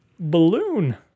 balloon